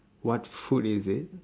what food is it